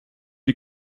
die